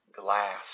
glass